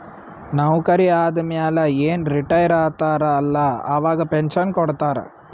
ನೌಕರಿ ಆದಮ್ಯಾಲ ಏನ್ ರಿಟೈರ್ ಆತಾರ ಅಲ್ಲಾ ಅವಾಗ ಪೆನ್ಷನ್ ಕೊಡ್ತಾರ್